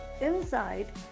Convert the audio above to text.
inside